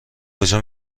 کجا